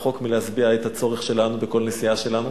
רחוק מלהשביע את הצורך שלנו בכל נסיעה שלנו.